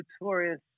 Notorious